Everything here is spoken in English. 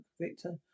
Victor